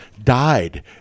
died